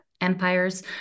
empires